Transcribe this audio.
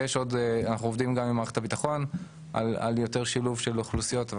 אנחנו עובדים גם עם מערכת הביטחון על יותר שילוב של אוכלוסיות,